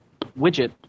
widget